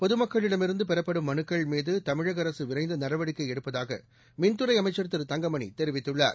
பொதுமக்களிடமிருந்து பெறப்படும் மனுக்கள் மீது தமிழக அரசு விரைந்து நடவடிக்கை எடுப்பதாக மின்துறை அமைச்சர் திரு தங்கமணி கூறியுள்ளார்